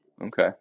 Okay